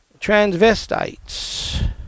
transvestites